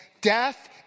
death